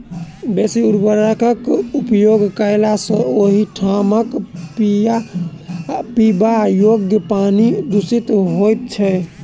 बेसी उर्वरकक प्रयोग कयला सॅ ओहि ठामक पीबा योग्य पानि दुषित होइत छै